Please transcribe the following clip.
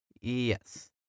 Yes